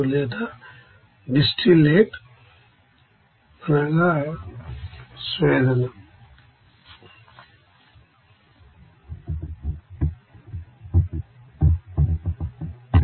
అయితే ఈ తెలియని వేరియబుల్స్ నుంచి మీరు దీనిని కనుగొనవచ్చు ఇది 1 మైనస్ ఎక్స్ ఎడి గా ఉంటుంది